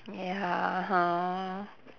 ya